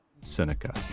Seneca